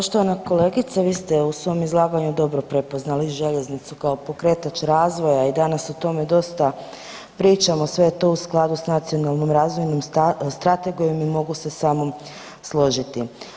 Poštovana kolegice vi ste u svom izlaganju dobro prepoznali željeznicu kao pokretač razvoja i danas o tome dosta pričamo, sve je to u skladu s nacionalnom razvojnom strategijom i mogu se samo složiti.